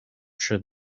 should